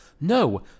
No